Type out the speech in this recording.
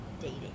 dating